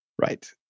Right